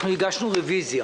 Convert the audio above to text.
הגשנו רביזיה